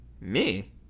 Me